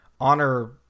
honor